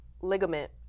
ligament